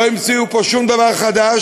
לא המציאו פה שום דבר חדש.